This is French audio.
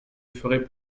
ferai